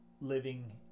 living